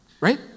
right